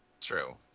True